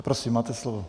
Prosím, máte slovo.